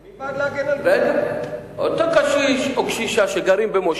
אני בעד להגן, אותו קשיש או קשישה שגרים במושב,